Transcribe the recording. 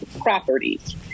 properties